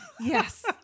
Yes